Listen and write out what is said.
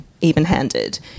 even-handed